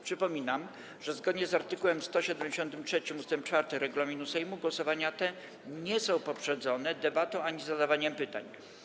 Przypominam, że zgodnie z art. 173 ust. 4 regulaminu Sejmu głosowania te nie są poprzedzone debatą ani zadawaniem pytań.